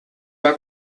war